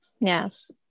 Yes